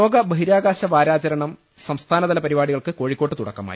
ലോക ബഹിരാകാശവാരാചരണം സംസ്ഥാനതല പരിപാടികൾക്ക് കോഴിക്കോട്ട് തുടക്കമായി